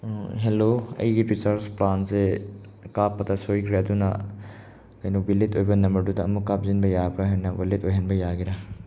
hello ꯑꯩꯒꯤ recharge ꯄ꯭ꯂꯥꯟꯁꯦ ꯀꯥꯞꯄꯗ ꯁꯣꯏꯈ꯭ꯔꯦ ꯑꯗꯨꯅ ꯀꯩꯅꯣ ꯚꯤꯂꯤꯠ ꯑꯣꯏꯕ ꯅꯝꯕꯔꯗꯨꯗ ꯑꯃꯨꯛ ꯀꯥꯞꯁꯤꯟꯕ ꯌꯥꯕ꯭ꯔ ꯍꯥꯏꯅ ꯚꯣꯂꯤꯠ ꯑꯣꯏꯍꯟꯕ ꯌꯥꯒꯦꯔ